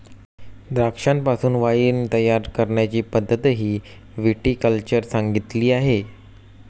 द्राक्षांपासून वाइन तयार करण्याची पद्धतही विटी कल्चर सांगितली आहे